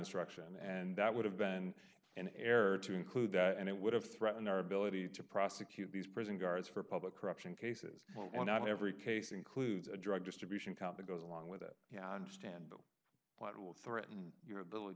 instruction and that would have been an error to include that and it would have threaten our ability to prosecute these prison guards for public corruption cases where not every case includes a drug distribution count that goes along with it yeah i understand but what will threaten your ability